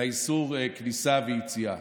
לאיסור כניסה ויציאה.